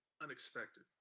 unexpected